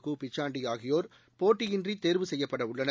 கு பிச்சாண்டி ஆகியோர் போட்டியின்றி தேர்வு செய்யப்பட உள்ளனர்